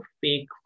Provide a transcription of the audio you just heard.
fake